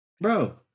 Bro